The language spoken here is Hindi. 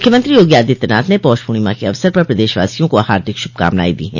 मुख्यमंत्री योगी आदित्यनाथ ने पौष पूर्णिमा के अवसर पर प्रदेशवासियों को हार्दिक शुभकामनाएं दी है